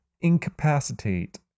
incapacitate